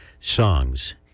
songs